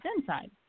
inside